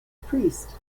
priest